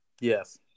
Yes